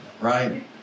right